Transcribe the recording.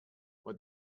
what